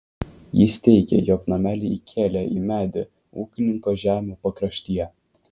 jis teigė jog namelį įkėlė į medį ūkininko žemių pakraštyje